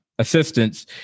assistance